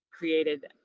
created